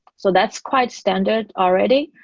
so that's quite standard already.